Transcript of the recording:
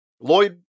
Lloyd